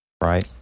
right